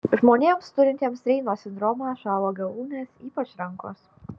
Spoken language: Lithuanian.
žmonėms turintiems reino sindromą šąla galūnės ypač rankos